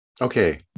Okay